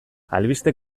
albiste